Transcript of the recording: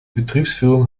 betriebsführung